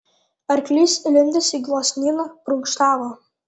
arklys įlindęs į gluosnyną prunkštavo